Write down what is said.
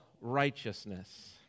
righteousness